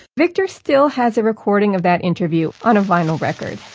victor still has a recording of that interview, on a vinyl record